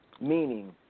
Meaning